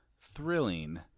thrilling